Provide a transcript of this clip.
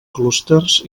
clústers